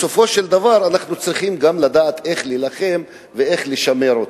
בסופו של דבר אנחנו צריכים לדעת גם איך להילחם ואיך לשמור אותו.